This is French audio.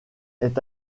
est